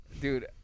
Dude